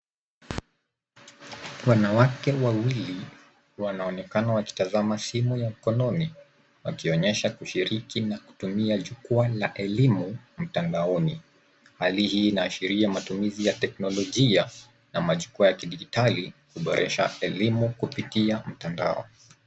Wanawake wawili wanaonekana wakitazama simu ya mkononi wakionyesha kushiriki na kutumia jukwaa la elimu mtandaoni. Hali hii inaashiria matumizi ya teknolojia na majukwaa ya kidijitali kuboresha elimu kupitia mtandao.